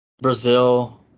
Brazil